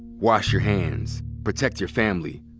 wash your hands, protect your family.